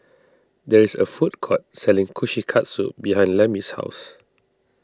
there is a food court selling Kushikatsu behind Lemmie's house